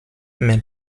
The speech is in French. mais